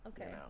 okay